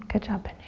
good job,